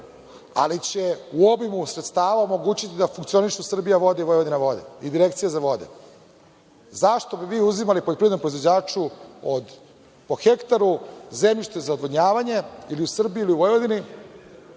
ali će u obimu sredstava omogućiti da funkcionišu Srbija vode i Vojvodina vode i Direkcija za vode.Zašto bi vi uzimali poljoprivrednom proizvođaču po hektaru zemljište za odvodnjavanje ili u Srbiji, ili u Vojvodini,